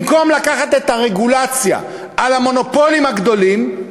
במקום לקחת את הרגולציה על המונופולים הגדולים,